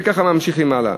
וככה ממשיכים הלאה.